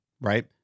right